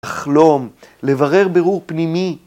לחלום, לברר בירור פנימי